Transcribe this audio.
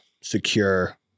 secure